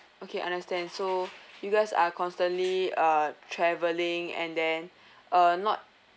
okay understand so you guys are constantly uh travelling and then uh not